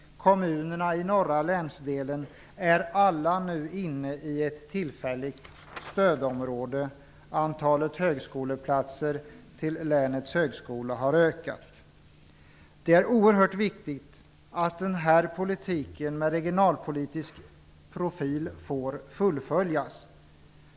Kommunerna i norra länsdelen är alla nu tillfälligt stödområde. Antalet högskoleplatser till länets högskola har ökat. Det är oerhört viktigt att denna politik med regionalpolitisk profil får fullföljas.